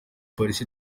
polisi